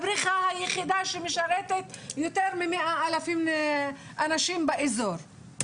הבריכה היחידה שמשרתת יותר מ-100,000 אנשים באזור.